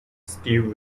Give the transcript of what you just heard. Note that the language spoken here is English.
steve